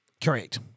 correct